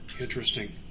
interesting